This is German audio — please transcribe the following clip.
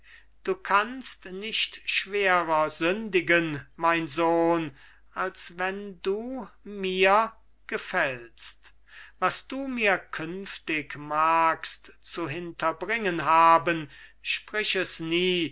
du kannst nicht schwerer sündigen mein sohn als wenn du mir gefällst was du mir künftig magst zu hinterbringen haben sprich es nie